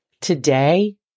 Today